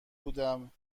بودم